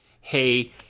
Hey